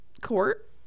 court